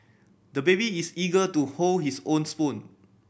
the baby is eager to hold his own spoon